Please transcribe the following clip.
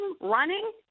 running